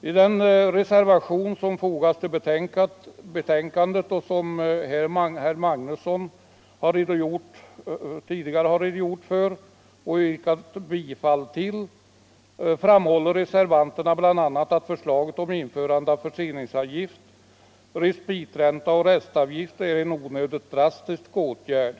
I den reservation som fogats vid betänkandet — herr Magnusson i Borås har tidigare redogjort för och yrkat bifall till den — framhålls bl.a. att förslaget om införande av förseningsavgift, respitränta och restavgift är en onödigt drastisk åtgärd.